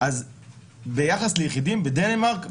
ביחס ליחידים בדנמרק,